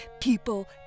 People